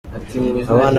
abana